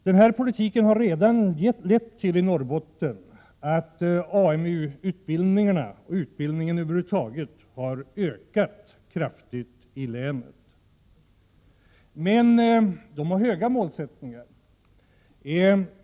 Denna politik har i Norrbotten redan lett till att AMU utbildningarna och utbildningen över huvud taget har ökat kraftigt. Men man har höga mål.